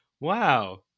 Wow